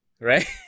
right